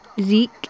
Zeke